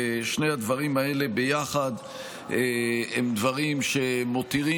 ושני הדברים האלה ביחד הם דברים שמותירים